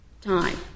time